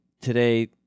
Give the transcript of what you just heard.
today